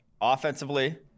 Offensively